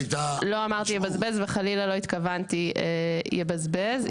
אמרתי יבזבז וחלילה לא התכוונתי יבזבז.